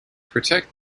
protect